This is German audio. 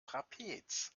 trapez